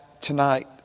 tonight